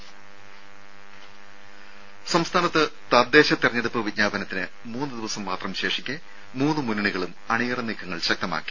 രും സംസ്ഥാനത്ത് തദ്ദേശ തെരഞ്ഞെടുപ്പ് വിജ്ഞാപനത്തിന് മൂന്നു ദിവസം മാത്രം ശേഷിക്കെ മൂന്ന് മുന്നണികളും അണിയറ നീക്കങ്ങൾ ശക്തമാക്കി